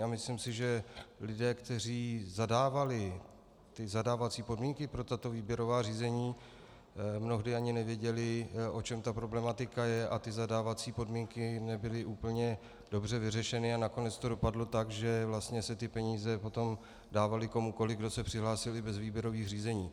A myslím si, že lidé, kteří zadávali zadávací podmínky pro tato výběrová řízení, mnohdy ani nevěděli, o čem ta problematika je, a ty zadávací podmínky nebyly úplně dobře vyřešeny a nakonec to dopadlo tak, že vlastně se ty peníze potom dávaly komukoliv, kdo se přihlásil, i bez výběrových řízení.